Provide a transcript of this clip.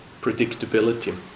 predictability